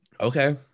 Okay